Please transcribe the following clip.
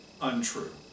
untrue